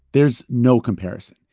there's no comparison.